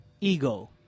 ego